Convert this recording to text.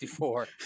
54